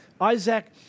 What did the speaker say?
Isaac